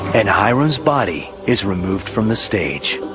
and hiram's body is removed from the stage.